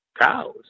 cows